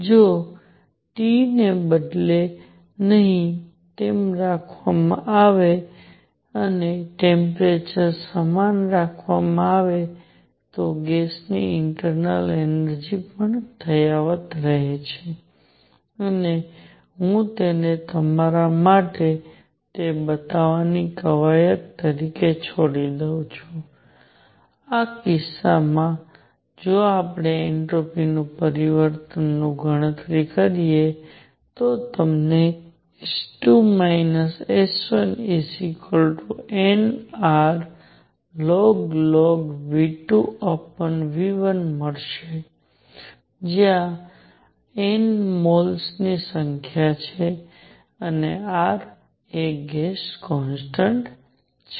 જો T ને બદલે નહીં તેમ રાખવામાં આવે અને ટેમ્પરેચર સમાન રાખવામાં આવે તો ગેસની ઇન્ટરનલ એનર્જી પણ યથાવત રહે છે અને હું તેને તમારા માટે તે બતાવવાની કવાયત તરીકે છોડી દઉં છું આ કિસ્સામાં જો આપણે એન્ટ્રોપી પરિવર્તનની ગણતરી કરીએ તો તમને S2 S1 n Rlog V2V1 મળશે જ્યાં n મોલ્સ ની સંખ્યા છે અને R ગેસ કોન્સટન્ટ છે